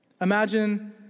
Imagine